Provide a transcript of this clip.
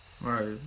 Right